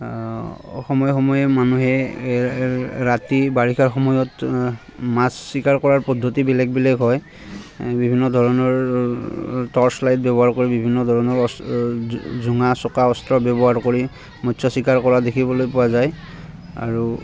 সময়ে সময়ে মানুহে ৰাতি বাৰিষাৰ সময়ত মাছ চিকাৰ কৰাৰ পদ্ধতি বেলেগ বেলেগ হয় বিভিন্ন ধৰণৰ টৰ্চ লাইট ব্যৱহাৰ কৰি বিভিন্ন ধৰণৰ অস্ত্ৰ জোঙা চোকা অস্ত্ৰ ব্যৱহাৰ কৰি মৎস চিকাৰ কৰা দেখিবলৈ পোৱা যায় আৰু